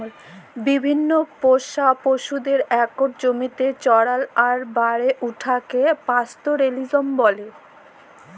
বিভিল্ল্য পোষা পশুদের ইকট জমিতে চরাল আর বাড়ে উঠাকে পাস্তরেলিজম ব্যলে